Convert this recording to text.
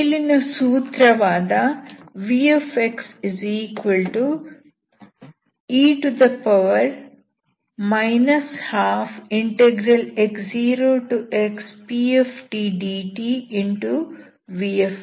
ಮೇಲಿನ ಸೂತ್ರವಾದ vxe 12x0xptdt